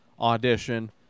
audition